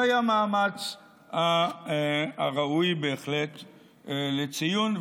זה היה מאמץ ראוי בהחלט לציון,